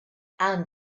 and